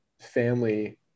family